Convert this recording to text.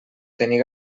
tenir